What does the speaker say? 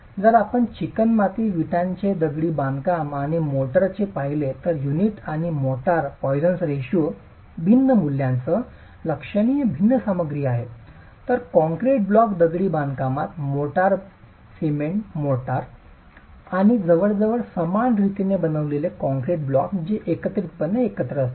जर आपण चिकणमाती विटांचे दगडी बांधकाम आणि मोर्टारकडे पाहिले तर युनिट आणि मोर्टार पॉइसन रेशोच्या Poisson's ratio भिन्न मूल्यांसह लक्षणीय भिन्न सामग्री आहेत तर कॉंक्रेट ब्लॉक दगडी बांधकामात मोर्टार सिमेंट मोर्टार आणि जवळजवळ समान रीतीने बनविलेले काँक्रीट ब्लॉक जे एकत्रितपणे एकत्र करतात